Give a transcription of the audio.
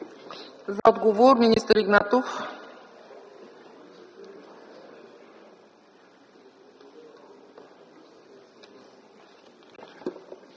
За отговор – министър Игнатов.